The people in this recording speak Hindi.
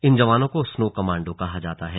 इन जवानों को स्नो कमांडो कहा जाता है